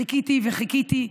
חיכיתי וחיכיתי.